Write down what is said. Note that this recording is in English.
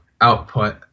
output